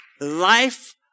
life